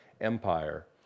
Empire